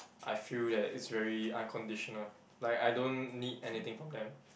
I feel that it's very unconditional like I don't need anything from them